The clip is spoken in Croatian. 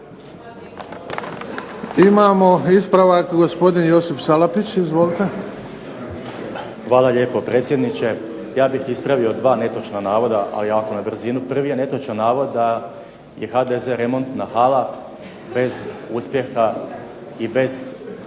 Imamo ispravak gospodin Josip Salapić. Izvolite. **Salapić, Josip (HDZ)** Hvala lijepo predsjedniče. Ja bih ispravio dva netočna navoda, na brzinu. Prvi je netočan navod da je HDZ remontna hala bez uspjeha i bez